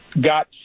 got